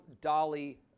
Dolly